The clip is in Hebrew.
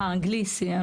האנגלי סיים.